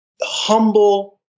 humble